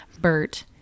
Bert